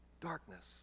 darkness